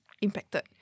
impacted